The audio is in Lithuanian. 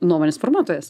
nuomonės formuotojas